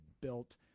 built